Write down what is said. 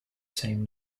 same